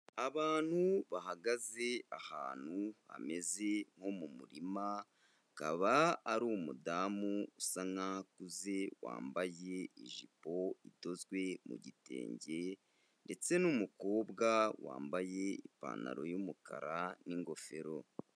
Abantu bahagaze ahantu hameze nko mu murima, akaba ari umudamu usa nkaho akuze wambaye ijipo idozwe mu gitenge, ndetse n'umukobwa wambaye ipantaro y'umukara n'ingofero.